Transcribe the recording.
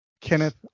Kenneth